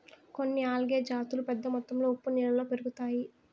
కొన్ని ఆల్గే జాతులు పెద్ద మొత్తంలో ఉప్పు నీళ్ళలో పెరుగుతాయి